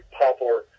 popular